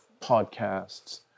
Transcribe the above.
podcasts